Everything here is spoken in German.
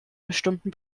bestimmten